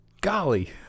golly